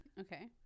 Okay